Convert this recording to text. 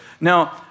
Now